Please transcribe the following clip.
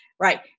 Right